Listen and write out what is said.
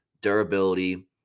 durability